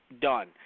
done